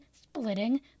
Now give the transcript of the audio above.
splitting